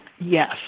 Yes